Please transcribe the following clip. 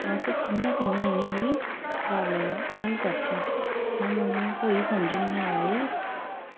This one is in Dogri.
अस कि'यां कि'यां इ'नेंगी प्राब्लमें दा हल करचै सानू कोई समझ निं ऐ आवा दी